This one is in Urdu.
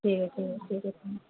ٹھیک ہے ٹھیک ہے ٹھیک ہے